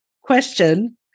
question